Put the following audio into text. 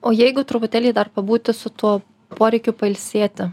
o jeigu truputėlį dar pabūti su tuo poreikiu pailsėti